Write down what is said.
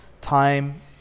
time